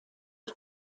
his